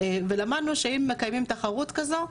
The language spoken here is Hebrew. ולמדנו שאם מקיימים תחרות כזו,